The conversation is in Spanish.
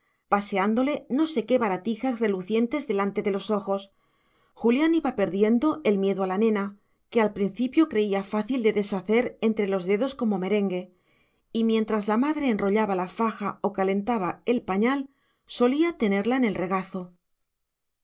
paseándole no sé qué baratijas relucientes delante de los ojos julián iba perdiendo el miedo a la nena que al principio creía fácil de deshacer entre los dedos como merengue y mientras la madre enrollaba la faja o calentaba el pañal solía tenerla en el regazo